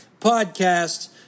Podcast